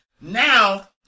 now